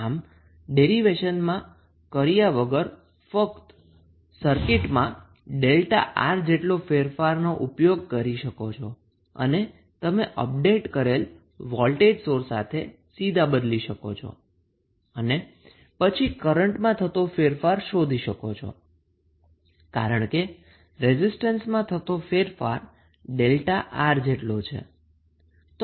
આમ ડેરીવેશનમાં કર્યા વગર તમે ફક્ત સર્કિટમાં ΔR જેટલા ફેરફારનો ઉપયોગ કરી શકો છો અને તમે અપડેટ કરેલ વોલ્ટેજ સોર્સ સાથે સીધા બદલી શકો છો અને પછી કરન્ટમાં થતો ફેરફાર શોધી શકો છો કારણ કે રેઝિસ્ટનમાં થતો ફેરફાર 𝛥𝑅 જેટલો છે